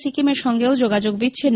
সিকিমের সঙ্গেও যোগাযোগ বিচ্ছিন্ন